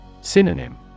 Synonym